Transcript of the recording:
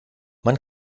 man